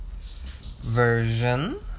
version